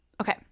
Okay